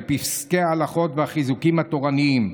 בפסקי ההלכות והחיזוקים התורניים,